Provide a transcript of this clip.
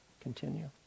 continue